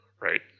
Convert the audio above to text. right